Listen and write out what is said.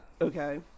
Okay